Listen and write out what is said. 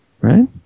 right